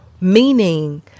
meaning